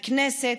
הכנסת,